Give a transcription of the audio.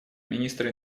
министра